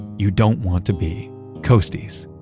you don't want to be costis.